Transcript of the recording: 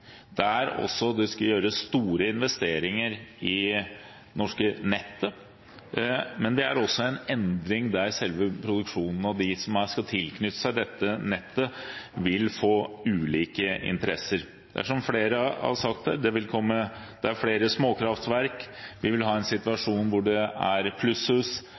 der det skal gjøres store investeringer i det norske nettet, men det er også en endring der selve produksjonen og de som skal tilknytte seg dette nettet, vil få ulike interesser. Som flere har sagt her, er det flere småkraftverk, vi vil ha en situasjon hvor det er plusshus,